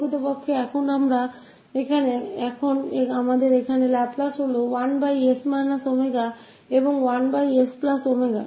तो हमारे पास यहाँ लाप्लास है 1s wऔर 1sw